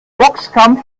boxkampf